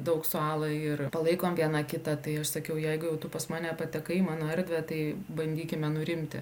daug su ala ir palaikom viena kitą tai aš sakiau jeigu jau tu pas mane patekai į mano erdvę tai bandykime nurimti